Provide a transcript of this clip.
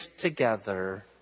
together